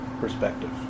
perspective